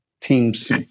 teams